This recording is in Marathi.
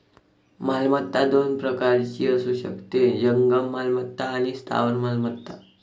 मालमत्ता दोन प्रकारची असू शकते, जंगम मालमत्ता आणि स्थावर मालमत्ता